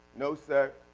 no sir,